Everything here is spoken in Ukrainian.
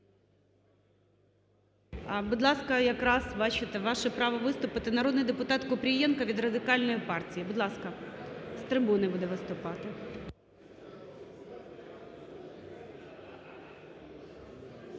Будь ласка, якраз, бачите, ваше право виступити. Народний депутат Купрієнко від Радикальної партії, будь ласка. З трибуни буде виступати.